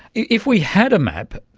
if we had a map,